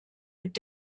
mit